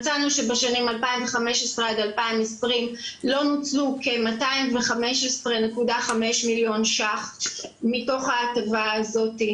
מצאנו שבשנים 2015 עד 2020 לא נוצלו כ- 215.5 מיליון ₪ מתוך ההטבה הזאת,